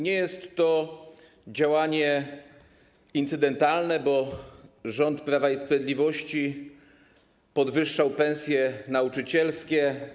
Nie jest to działanie incydentalne, bo rząd Prawa i Sprawiedliwości podwyższał pensje nauczycielskie.